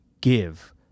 Give